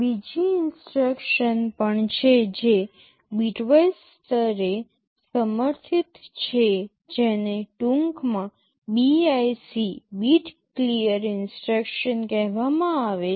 બીજી ઇન્સટ્રક્શન પણ છે જે બીટવાઇઝ સ્તરે સમર્થિત છે જેને ટૂંકમાં BIC બીટ ક્લિયર ઇન્સ્ટ્રક્શન કહેવામાં આવે છે